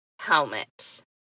Helmet